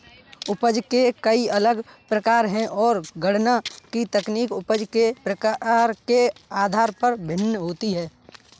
उपज के कई अलग प्रकार है, और गणना की तकनीक उपज के प्रकार के आधार पर भिन्न होती है